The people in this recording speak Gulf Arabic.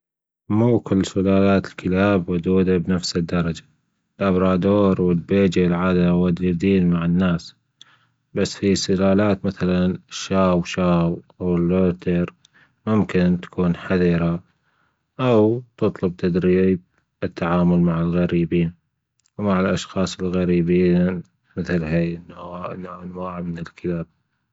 مو كل سلالات الكلاب ودودة بنفس الدرجة ودودين مع الناس بس في سلالات مثل ممكن تكون حذره أو تطلب تدريب التعامل مع الغريبين ومع الأشخاص الغريبين بهي النوع- الأنواع الكلاب.